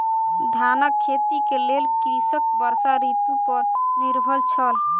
धानक खेती के लेल कृषक वर्षा ऋतू पर निर्भर छल